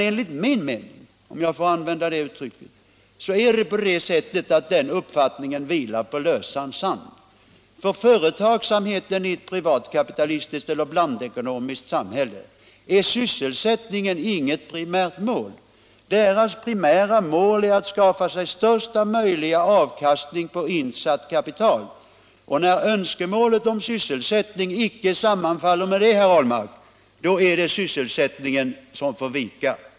För min del anser jag dock att den uppfattningen vilar på lösan sand. För företagsamheten i ett privatkapitalistiskt eller ett blandekonomiskt samhälle är sysselsättningen inget primärt mål — dess primära mål är att skapa största möjliga avkastning på insatt kapital. När önskemålet om sysselsättning inte sammfaller med det, herr Ahlmark, är det sysselsättningen som får vika.